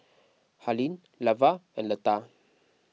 Harlene Lavar and Leta